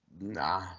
nah